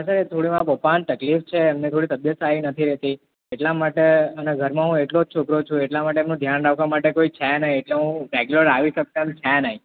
અરે થોડી માર પપ્પાને તકલીફ છે એમને થોડી તબિયત સારી નથી રહેતી એટલા માટે અને ઘરમાં હું એકલો જ છોકરો છું એટલા માટે એમનું ધ્યાન રાખવા માટે કોઈ છે નઇ એટલે હું રેગ્યુલર આવી શકતા બી છે નઇ